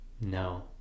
No